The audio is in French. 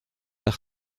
par